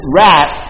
rat